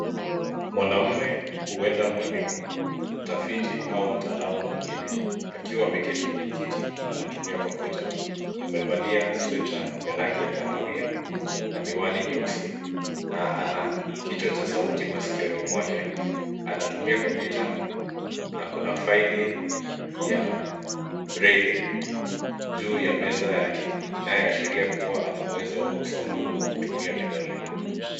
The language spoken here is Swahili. Mwanaume huenda mwalimu, mtafiti au mtaalamu mwingine akiwa ameketi kwenye kiti na anatumia kompyuta. Amevalia sweta ya rangi ya kahawia na miwani nyeusi na ana kichwa cha sauti masikioni mwake. Anatumia kompyuta na kuna faili ya braille juu ya meza yake, inayoashiria kuwa ana uwezo wa kusoma kwa kutumia vidole.